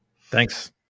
Thanks